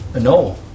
No